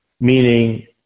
meaning